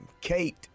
Kate